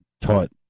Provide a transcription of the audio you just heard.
taught